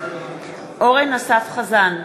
אורן אסף חזן,